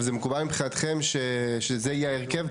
זה מקובל מבחינתכם שזה יהיה ההסכם,